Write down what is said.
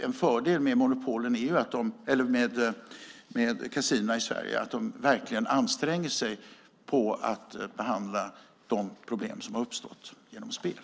En fördel med våra kasinon i Sverige är att de verkligen anstränger sig för att behandla de problem som uppstått genom spel.